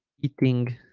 eating